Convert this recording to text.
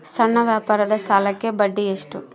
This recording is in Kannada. ಸಣ್ಣ ವ್ಯಾಪಾರದ ಸಾಲಕ್ಕೆ ಬಡ್ಡಿ ಎಷ್ಟು?